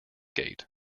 gate